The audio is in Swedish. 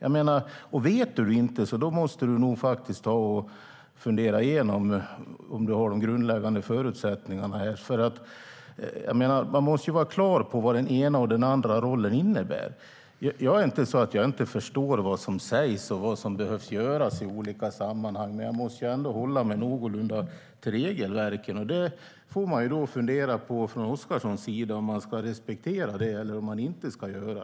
Om du inte vet det måste du nog fundera på om du har de grundläggande förutsättningarna, för man måste vara klar över vad den ena och den andra rollen innebär. Det är inte så att jag inte förstår vad som sägs eller vad som behöver göras i olika sammanhang, men jag måste hålla mig någorlunda till regelverket. Oscarsson får fundera på om man ska respektera det eller inte.